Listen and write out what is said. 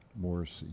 Morrissey